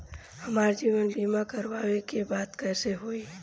हमार जीवन बीमा करवावे के बा त कैसे होई?